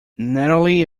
natalie